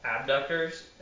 abductors